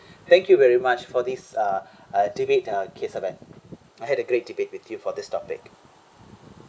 thank you very much for this uh uh debate uh kesavan I had a great debate with you for this topic